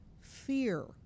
fear